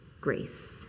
grace